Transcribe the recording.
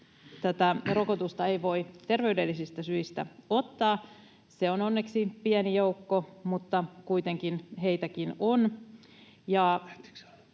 tätä rokotusta eivät voi terveydellisistä syistä ottaa — se on onneksi pieni joukko, mutta kuitenkin heitäkin on